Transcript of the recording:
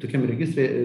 tokiam registre